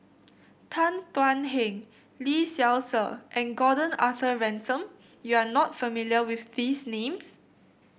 Tan Thuan Heng Lee Seow Ser and Gordon Arthur Ransome You are not familiar with these names